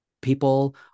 people